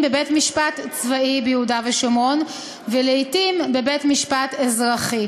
בבית-משפט צבאי ביהודה ושומרון ולעתים בבית-משפט אזרחי.